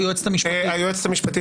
על ההצבעה.